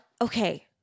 Okay